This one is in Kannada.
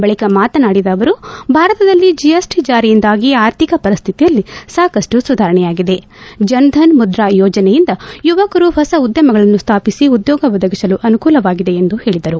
ಬಳಕ ಮಾತನಾಡಿದ ಅವರು ಭಾರತದಲ್ಲಿ ಜಿಎಸ್ಟಿ ಜಾರಿಯಿಂದಾಗಿ ಆರ್ಥಿಕ ಪರಿಸ್ಥತಿಯಲ್ಲಿ ಸಾಕಷ್ನು ಸುಧಾರಣೆಯಾಗಿದೆ ಜನಧನ್ ಮುದ್ರಾ ಯೋಜನೆಯಿಂದ ಯುವಕರು ಹೊಸ ಉದ್ದಮಗಳನ್ನು ಸ್ಥಾಪಿಸಿ ಉದ್ಯೋಗ ಒದಗಿಸಲು ಅನುಕೂಲವಾಗಿದೆ ಎಂದು ಹೇಳದರು